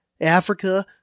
Africa